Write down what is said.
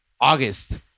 August